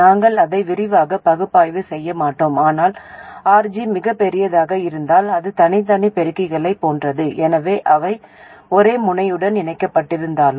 நாங்கள் அதை விரிவாகப் பகுப்பாய்வு செய்ய மாட்டோம் ஆனால் RG மிகப் பெரியதாக இருந்தால் அது தனித்தனி பெருக்கிகளைப் போன்றது எனவே அவை ஒரே முனையுடன் இணைக்கப்பட்டிருந்தாலும்